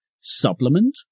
supplement